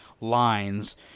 lines